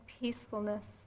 peacefulness